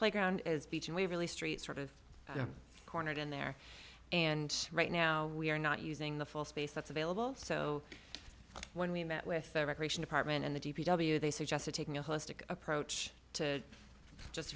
playground is beach and we really street sort of cornered in there and right now we are not using the full space that's available so when we met with the recreation department in the d p w they suggested taking a holistic approach to just